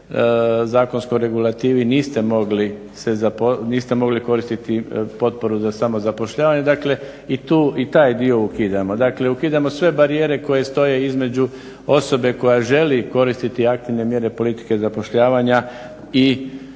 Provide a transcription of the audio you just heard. zakonskoj regulativi niste mogli koristiti potporu za samozapošljavanje, dakle i taj dio ukidamo. Dakle ukidamo sve barijere koje stoje između osobe koja želi koristiti aktivne mjere politike zapošljavanja i